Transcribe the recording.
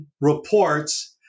reports